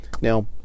Now